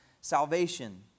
Salvation